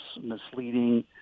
misleading